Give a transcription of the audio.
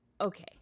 okay